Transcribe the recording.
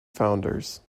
founders